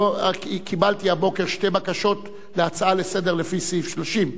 קיבלתי הבוקר שתי בקשות להצעה לסדר לפי סעיף 30,